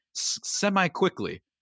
semi-quickly